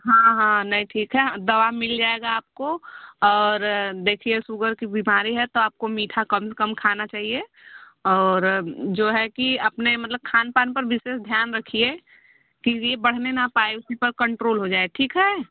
हाँ हाँ नहीं ठीक है दवा मिल जाएगा आपको और देखिए सूगर की बीमारी है तो आपको मीठा कम कम खाना चाहिए और जो है कि अपने मतलब खान पान पर विशेष ध्यान रखिए क्योंकि बढ़ने ना पाए उसी पर कंट्रोल हो जाए ठीक है